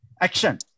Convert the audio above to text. Action